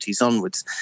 onwards